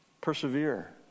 Persevere